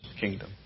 kingdom